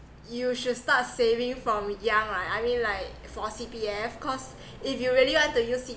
you should start saving from young right I mean like for C_P_F cause if you really want to use C